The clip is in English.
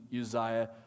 Uzziah